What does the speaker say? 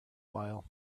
while